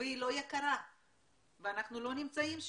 והיא לא יקרה ואנחנו לא נמצאים שם.